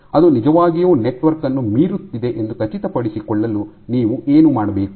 ಅದು ನಿಜವಾಗಿಯೂ ನೆಟ್ವರ್ಕ್ ಅನ್ನು ಮೀರುತ್ತಿದೆ ಎಂದು ಖಚಿತಪಡಿಸಿಕೊಳ್ಳಲು ನೀವು ಏನು ಮಾಡಬೇಕು